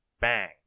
Bang